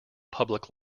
public